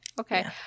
okay